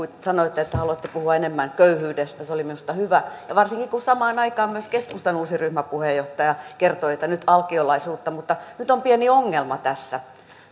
sanoitte että haluatte puhua enemmän köyhyydestä se oli minusta hyvä varsinkin kun samaan aikaan myös keskustan uusi ryhmäpuheenjohtaja kertoi että nyt alkiolaisuutta mutta nyt on pieni ongelma tässä